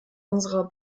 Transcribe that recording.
unserer